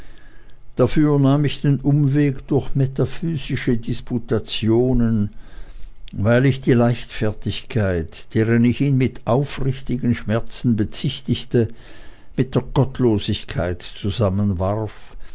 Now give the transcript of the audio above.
dafür nahm ich den umweg durch metaphysische disputationen weil ich die leichtfertigkeit deren ich ihn mit aufrichtigen schmerzen bezüchtigte mit der gottlosigkeit